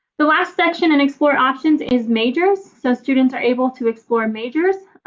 the last section in explore options is majors. so students are able to explore majors